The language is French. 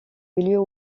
milieux